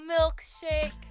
milkshake